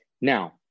Now